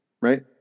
Right